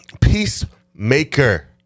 Peacemaker